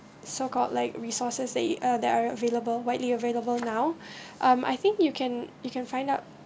so called like resources that you that are available widely available now um I think you can you can find out